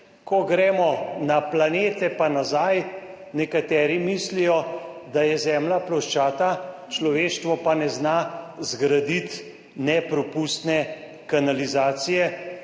ko gremo na planete pa nazaj, nekateri mislijo, da je Zemlja ploščata, človeštvo pa ne zna zgraditi nepropustne kanalizacije